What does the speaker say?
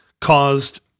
caused